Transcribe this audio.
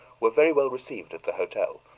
were very well received at the hotel,